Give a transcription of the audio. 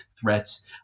threats